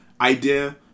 idea